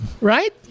right